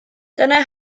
dyna